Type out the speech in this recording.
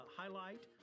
highlight